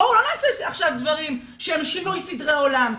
בואו לא נעשה עכשיו דברים שהם שינוי סדרי עולם.